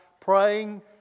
praying